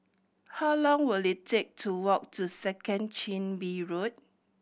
how long will it take to walk to Second Chin Bee Road